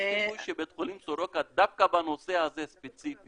יש סיכוי שבית חולים סורוקה דווקא בנושא הזה ספציפית